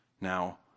Now